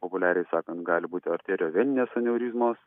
populiariai sakant gali būti arterioveninės aneurizmos